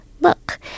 look